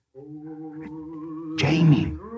Jamie